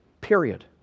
period